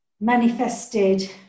manifested